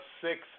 six